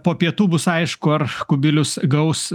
po pietų bus aišku ar kubilius gaus